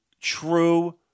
true